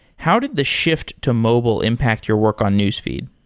how did the shift to mobile impact your work on newsfeed?